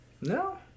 No